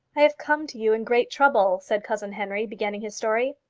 i have come to you in great trouble, said cousin henry, beginning his story.